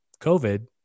COVID